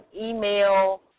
email